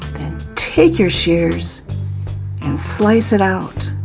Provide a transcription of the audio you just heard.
then take your shears and slice it out,